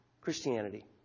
Christianity